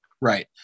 Right